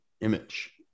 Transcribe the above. image